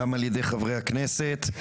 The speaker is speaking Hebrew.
גם על-ידי חברי הכנסת,